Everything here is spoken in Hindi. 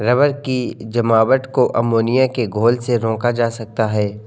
रबर की जमावट को अमोनिया के घोल से रोका जा सकता है